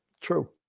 True